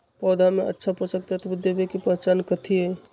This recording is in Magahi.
पौधा में अच्छा पोषक तत्व देवे के पहचान कथी हई?